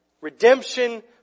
Redemption